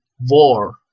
war